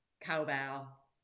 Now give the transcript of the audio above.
cowbell